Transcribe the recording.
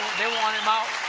they want him out,